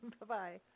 Bye-bye